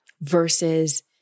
versus